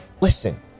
Listen